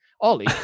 Ollie